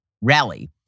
rally